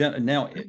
now